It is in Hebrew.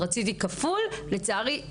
רציתי כפול ולצערי,